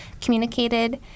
communicated